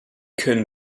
können